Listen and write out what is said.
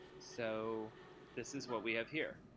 so this is what we have here.